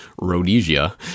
Rhodesia